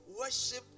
worship